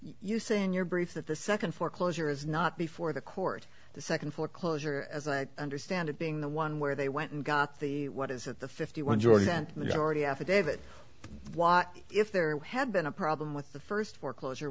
in your brief that the second foreclosure is not before the court the second foreclosure as i understand it being the one where they went and got the what is it the fifty one jordan majority affidavit if there had been a problem with the first foreclosure